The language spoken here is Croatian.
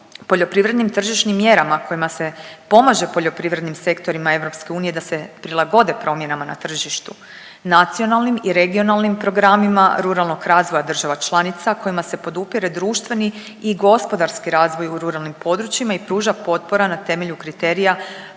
poljoprivrednim tržišnim mjerama kojima se pomaže poljoprivrednim sektorima EU da se prilagode promjenama na tržištu, nacionalnim i regionalnim programima ruralnog razvoja država članica kojima se podupire društveni i gospodarski razvoj u ruralnim područjima i pruža potpora na temelju kriterija